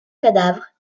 cadavre